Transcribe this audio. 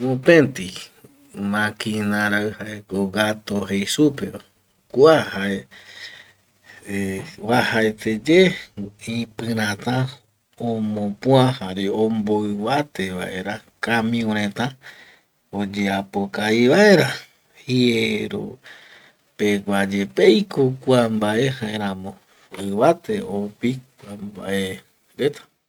Mopeti maquina rai jaeko gato jei supeva kua jae eh oajaeteye ipirata omopua jare omboivate vaera kamiureta oyeapo kavi vaera jiero pegua yepeaiko kua mbae jaeramo ivate oupi mbae reta